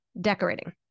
decorating